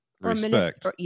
respect